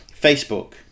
Facebook